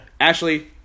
Ashley